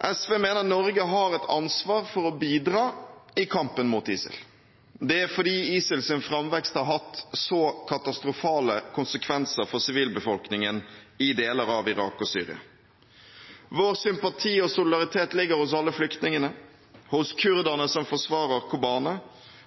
SV mener Norge har et ansvar for å bidra i kampen mot ISIL. Det er fordi ISILs framvekst har hatt så katastrofale konsekvenser for sivilbefolkningen i deler av Irak og Syria. Vår sympati og solidaritet ligger hos alle flyktningene, hos kurderne som forsvarer Kobanê,